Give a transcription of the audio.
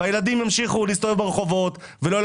ואז הילדים ימשיכו להסתובב ברחובות בלי שיש